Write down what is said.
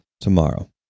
tomorrow